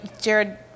Jared